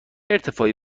ارتفاعی